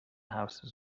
houses